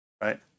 right